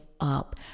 up